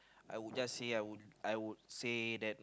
I would just say I would I would say that